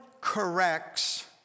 corrects